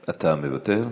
אתה מוותר?